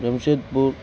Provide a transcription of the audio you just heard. Jamshedpur